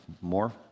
more